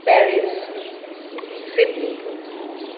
Paris Sydney